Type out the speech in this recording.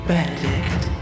Benedict